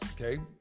okay